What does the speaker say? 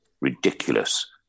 Ridiculous